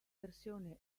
versione